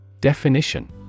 Definition